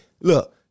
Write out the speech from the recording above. look